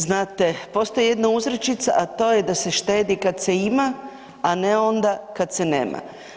Znate, postoji jedna uzrečica, a to je da se štedi kad se ima, a ne onda kada se nema.